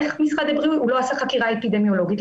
הוא לא עשה חקירה אפידמיולוגית.